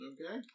Okay